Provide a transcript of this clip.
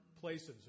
places